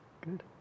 Good